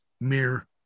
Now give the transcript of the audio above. mere